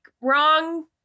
wrong